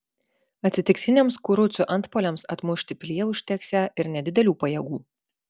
atsitiktiniams kurucų antpuoliams atmušti pilyje užteksią ir nedidelių pajėgų